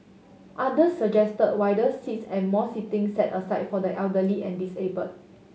other suggest wider seats and more seating set aside for the elderly and disabled